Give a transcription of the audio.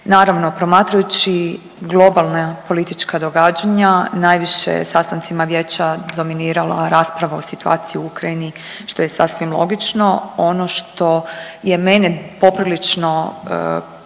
Naravno promatrajući globalna politička događanja najviše sastancima Vijeća dominirala je rasprava o situaciji u Ukrajini što je sasvim logično. Ono što je mene poprilično